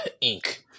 Ink